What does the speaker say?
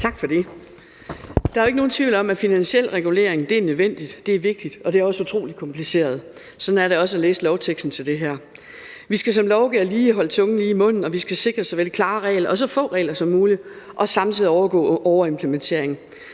Tak for det. Der er jo ikke nogen tvivl om, at finansiel regulering er nødvendigt, det er vigtigt, og det er også utrolig kompliceret – sådan er det også at læse lovteksten til det her. Vi skal som lovgivere holde tungen lige i munden, og vi skal sikre både klare regler og så få regler som muligt og samtidig undgå overimplementering.